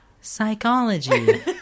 Psychology